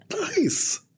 Nice